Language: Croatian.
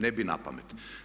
Ne bi napamet.